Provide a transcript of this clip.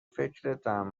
فکرتم